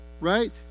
Right